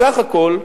בסך הכול,